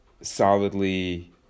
solidly